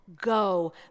Go